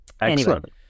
Excellent